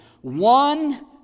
One